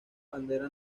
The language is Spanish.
bandera